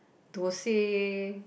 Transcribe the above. Thosai